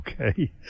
Okay